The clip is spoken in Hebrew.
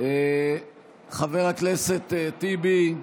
חבר הכנסת טיבי,